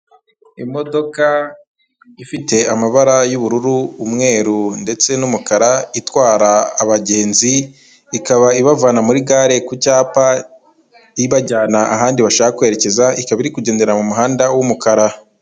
Imodoka ifite amabara y'ubururu umweru ndetse n'umukara itwara abagenzi ikaba ibavana muri gare ku cyapa ibajyana ahandi bashaka kwerekeza ikaba iri kugendera mu muhanda w'umukara.